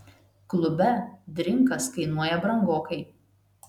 klube drinkas kainuoja brangokai